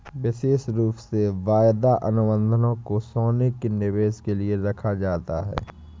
विशेष रूप से वायदा अनुबन्धों को सोने के निवेश के लिये रखा जाता है